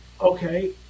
Okay